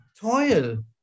toil